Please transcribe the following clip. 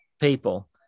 people